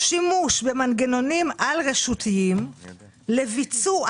"שימוש במנגנונים על-רשותיים לביצוע